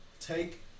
take